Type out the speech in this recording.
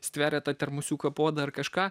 stveria tą termosiuką puodą ar kažką